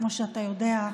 כמו שאתה יודע,